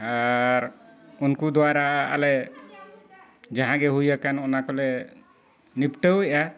ᱟᱨ ᱩᱱᱠᱩ ᱫᱟᱫᱟᱭᱛᱮ ᱟᱞᱮ ᱡᱟᱦᱟᱸᱜᱮ ᱦᱩᱭ ᱟᱠᱟᱱ ᱚᱱᱟ ᱠᱚᱞᱮ ᱱᱤᱯᱴᱟᱹᱣ ᱮᱫᱼᱟ